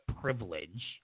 privilege